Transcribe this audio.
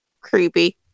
Creepy